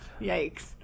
Yikes